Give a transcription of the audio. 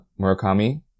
Murakami